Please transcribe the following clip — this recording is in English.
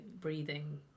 breathing